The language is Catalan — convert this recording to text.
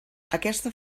aquesta